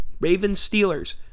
Ravens-Steelers